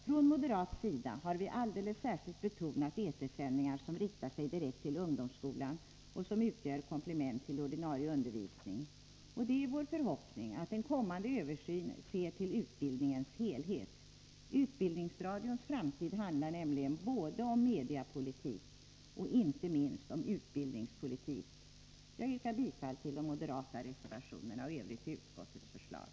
Från moderat sida har vi alldeles särskilt betonat de etersändningar som riktar sig direkt till ungdomsskolan och som utgör komplement till ordinarie undervisning, och det är vår förhoppning att en kommande översyn ser till utbildningens helhet. Utbildningsradions framtid handlar nämligen både om mediapolitik och inte minst om utbildningspolitik. Jag yrkar bifall till de moderata reservationerna och i övrigt till utskottets förslag.